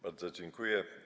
Bardzo dziękuję.